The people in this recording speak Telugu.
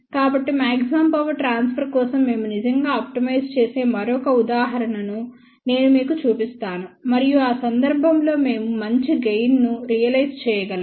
కాబట్టి మాక్సిమమ్ పవర్ ట్రాన్స్ఫర్ కోసం మేము నిజంగా ఆప్టిమైజ్ చేసే మరొక ఉదాహరణను నేను మీకు చూపిస్తాను మరియు ఆ సందర్భంలో మేము మంచి గెయిన్ ను రియలైజ్ చేయగలము